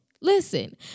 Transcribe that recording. Listen